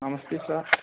నమస్తే సార్